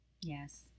Yes